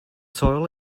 soil